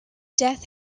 death